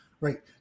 right